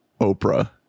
oprah